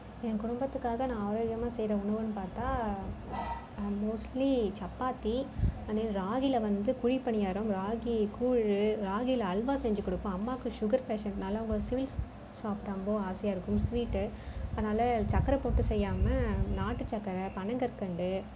என் குடும்பத்துக்காக நான் ஆரோக்கியமாக செய்கிற உணவுன்னு பார்த்தா மோஸ்ட்லி சப்பாத்தி ராகில வந்து குழி பணியாரம் ராகி கூழ் ராகில அல்வா செஞ்சு கொடுப்பேன் அம்மாவுக்கு சுகர் பேஷண்ட்னால் அவங்க ஸ்வீட்ஸ் சாப்டாக ரொம்ப ஆசையாக இருக்கும் ஸ்வீட்டு அதனால சக்கரை போட்டு செய்யாமல் நாட்டு சக்கரை பனங்கற்கண்டு